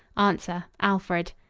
answer. alfred.